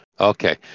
Okay